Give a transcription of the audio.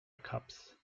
cups